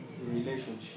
relationship